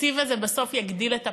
התקציב הזה בסוף יגדיל את הפערים,